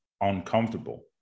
uncomfortable